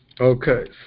Okay